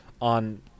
on